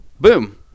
Boom